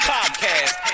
Podcast